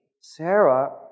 Sarah